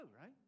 right